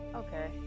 Okay